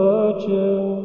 Virgin